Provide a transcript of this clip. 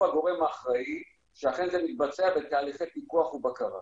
הוא הגורם האחראי שאכן זה מתבצע בתהליכי פיקוח ובקרה,